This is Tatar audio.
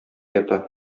ята